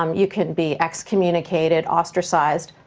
um you can be ex-communicated, ostracized,